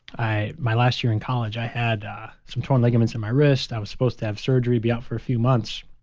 my last year in college, i had some torn ligaments in my wrist. i was supposed to have surgery, be out for a few months,